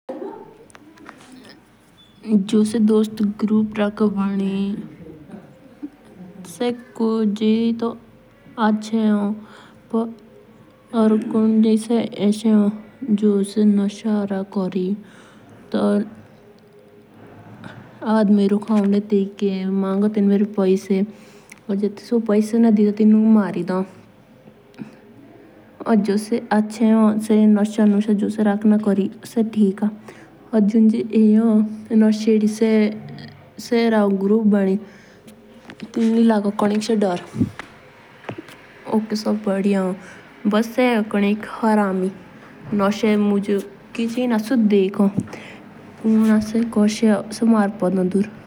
जो से ग्रुप होन एजे केएल भानी से कुनी तो आचे होन पीआर कुंगेयी से निकारे होन नशा कोर कोरी से गाडी रोकों या जे कुनी देई ना तो से तेनुक मार डॉन पीआर कुंगे जो लड़कोटे दोस्तिक ग्रुप रॉन भानी से कुंगी तो खेर आचे होन पीआर कुंगे से नोशा कोरने वालो माननीय।